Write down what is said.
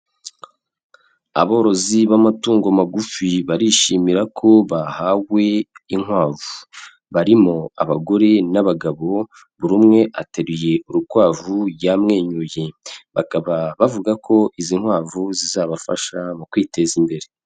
Aborozi b'amatungo magufi barishimira ko bahawe inkwavu. Barimo abagore n'abagabo, buri umwe ateruye urukwavu yamwenyuye. Bakaba bavuga ko izi nkwavu zizabafasha mu kwiteza imbere.